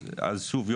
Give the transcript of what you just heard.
שוב,